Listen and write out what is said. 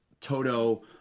Toto